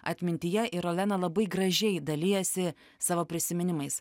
atmintyje ir olena labai gražiai dalijasi savo prisiminimais